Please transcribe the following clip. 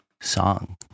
song